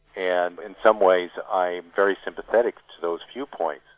and in some ways i'm very sympathetic to those viewpoints.